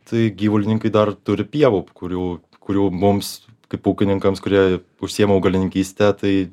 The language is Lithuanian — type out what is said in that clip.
tai gyvulininkai dar turi pievų kurių kurių mums kaip ūkininkams kurie užsiima augalininkyste tai